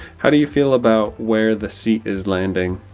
how do you feel about where the seat is landing?